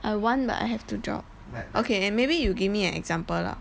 I want but I have to drop okay and maybe you give me an example lah